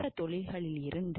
மற்ற தொழில்களில் இருந்து